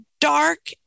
dark